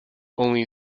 only